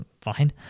Fine